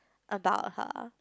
about her